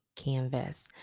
Canvas